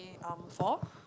um four